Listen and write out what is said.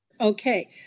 okay